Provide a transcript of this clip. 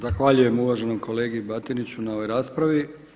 Zahvaljujem uvaženom kolegi Batiniću na ovoj raspravi.